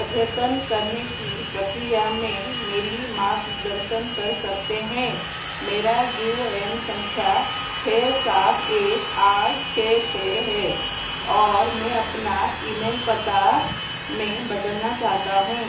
अद्यतन करने की प्रक्रिया में मेरी मार्गदर्शन कर सकते हैं मेरा यू एन संख्या छः सात एक आठ छः छः है और मैं अपना ईमेल पता में बदलना चाहता हूँ